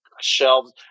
shelves